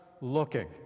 looking